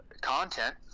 content